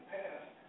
past